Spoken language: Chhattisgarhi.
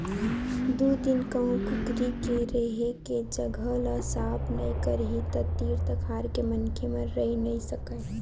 दू दिन कहूँ कुकरी के रेहे के जघा ल साफ नइ करही त तीर तखार के मनखे मन रहि नइ सकय